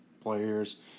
players